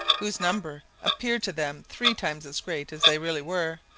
whose numbers appeared to them three times as great as they really were,